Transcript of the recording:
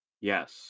yes